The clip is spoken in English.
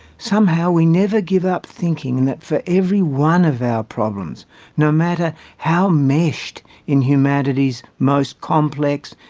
somehow we never give up thinking and that for every one of our problems no matter how meshed in humanity's most complex,